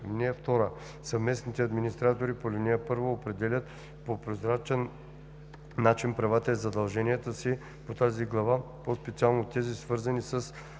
(2) Съвместните администратори по ал. 1 определят по прозрачен начин правата и задълженията си по тази глава, по специално тези, свързани с